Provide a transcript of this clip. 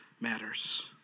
matters